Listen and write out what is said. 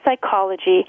psychology